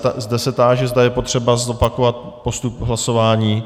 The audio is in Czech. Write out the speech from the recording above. I zde se táži, zda je potřeba zopakovat postup hlasování.